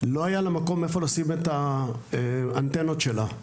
לא היה לה מקום איפה לשים את האנטנות שלה.